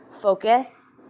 focus